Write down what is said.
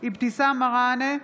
אבתיסאם מראענה,